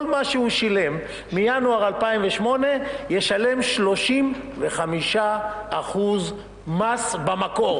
כל מה שהוא שילם מינואר 2008 ישלם 35% מס במקור.